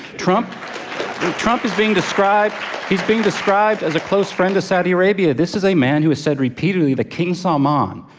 trump trump is being described he's being described as a close friend of saudi arabia. this is a man who has said repeatedly that king so um um